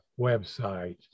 website